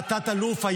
והתת-אלוף,